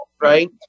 right